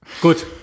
Gut